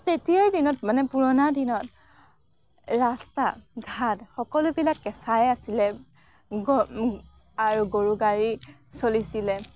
তেতিয়াৰ দিনত মানে পুৰণি দিনত ৰাস্তা ঘাট সকলোবিলাক কেঁচাই আছিলে আৰু গৰুগাড়ী চলিছিলে